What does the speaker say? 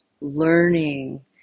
Learning